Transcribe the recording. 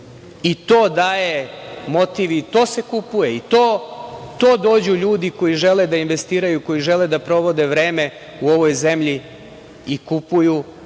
. To daje motiv i to se kupuje. Tu dođu ljudi koji žele da investiraju, koji žele da provode vreme u ovoj zemlji i kupuju